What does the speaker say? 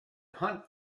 hunt